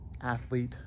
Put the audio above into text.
athlete